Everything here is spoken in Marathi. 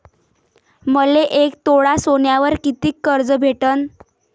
मले एक तोळा सोन्यावर कितीक कर्ज भेटन?